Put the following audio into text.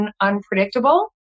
unpredictable